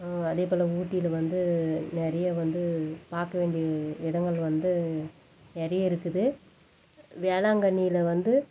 அதேபோல் ஊட்டியில் வந்து நிறைய வந்து பார்க்க வேண்டிய இடங்கள் வந்து நிறையா இருக்குது வேளாங்கண்ணியில் வந்து